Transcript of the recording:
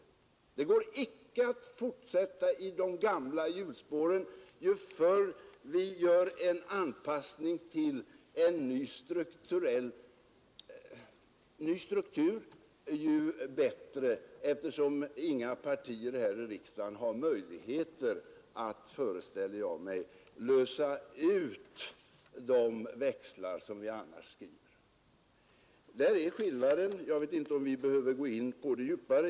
Det går icke att fortsätta i de gamla hjulspåren — ju förr vi gör en anpassning till en ny struktur, desto bättre är det, eftersom ingen här i riksdagen har möjligheter, föreställer jag mig, att lösa in de växlar som vi annars ställer ut. Där är skillnaden. Jag vet inte om jag behöver gå in på den saken närmare.